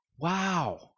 Wow